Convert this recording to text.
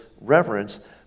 reverence